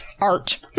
art